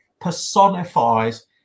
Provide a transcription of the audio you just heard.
personifies